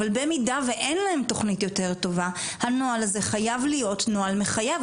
אבל במידה ואין להם תוכנית יותר טובה הנוהל הזה חייב להיות נוהל מחייב,